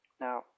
Now